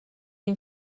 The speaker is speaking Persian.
این